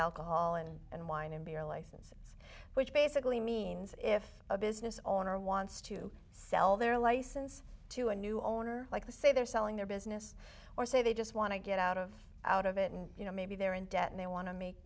alcohol and and wine and beer licenses which basically means if a business owner wants to sell their license to a new owner like to say they're selling their business or say they just want to get out of out of it and you know maybe they're in debt and they wan